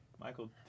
Michael